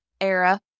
era